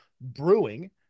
brewing